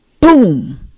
boom